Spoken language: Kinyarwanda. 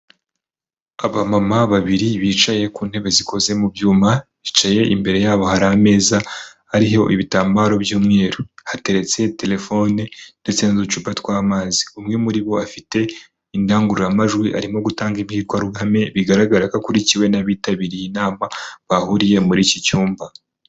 Abamama babiri bicaye ku ntebe zikoze mu byuma bicaye imbere yabo hari ameza ariho ibitambaro by'umweru hateretse telefone ndetse n'uducupa tw'amazi, umwe muri bo afite indangururamajwi arimo gutanga ibyirwaruhame bigaragara ko akurikiwe n'abitabiriye inama bahuriye muri iki cyumba.